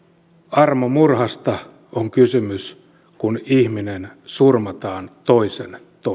armomurhasta on kysymys kun ihminen surmataan toisen toimesta